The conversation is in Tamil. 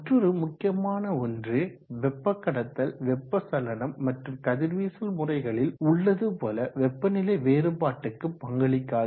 மற்றொரு முக்கியமான ஒன்று வெப்ப கடத்தல் வெப்ப சலனம் மற்றும் கதிர்வீசல் முறைகளில் உள்ளது போல வெப்ப நிலை வேறுபாட்டுக்கு பங்களிக்காது